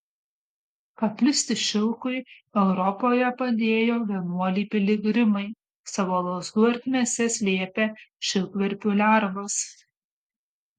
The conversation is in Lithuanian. paplisti šilkui europoje padėjo vienuoliai piligrimai savo lazdų ertmėse slėpę šilkverpių lervas